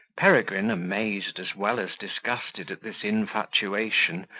peregrine, amazed as well as disgusted at this infatuation,